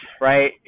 right